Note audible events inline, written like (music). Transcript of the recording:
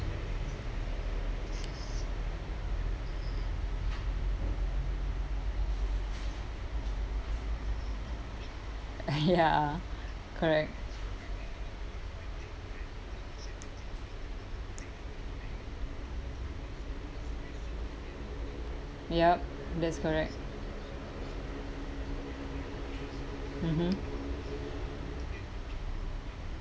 uh ya (laughs) correct yup that's correct mmhmm